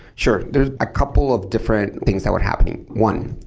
sure. there's a couple of different things that were happening. one,